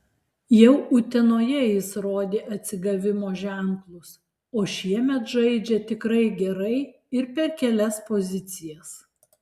jau utenoje jis rodė atsigavimo ženklus o šiemet žaidžia tikrai gerai ir per kelias pozicijas